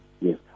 Yes